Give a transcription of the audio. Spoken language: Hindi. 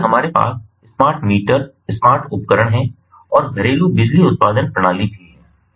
इसलिए हमारे पास स्मार्ट मीटर स्मार्ट उपकरण हैं और घरेलू बिजली उत्पादन प्रणाली भी है